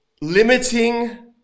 limiting